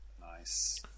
Nice